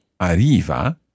arriva